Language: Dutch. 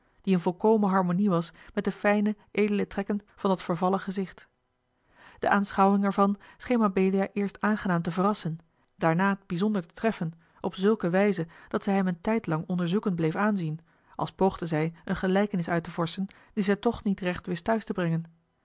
die in volkomen harmonie was met de fijne edele trekken van dat vervallen gezicht de aanschouwing er van scheen mabelia eerst aangenaam te verrassen daarna bijzonder te treffen op zulke wijze dat zij hem een tijdlang onderzoekend bleef aanzien als poogde zij eene gelijkenis uit te vorschen die zij toch niet recht wist thuis te brengen